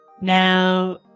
Now